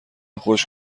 خوش